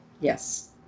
Yes